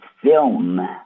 film